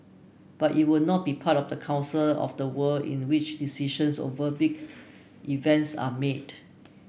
but it will not be part of the council of the world in which decisions over big events are made